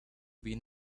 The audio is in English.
being